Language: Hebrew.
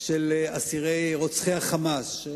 של רוצחי ה"חמאס",